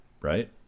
right